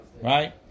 Right